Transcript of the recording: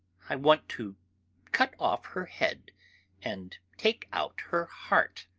i want to cut off her head and take out her heart.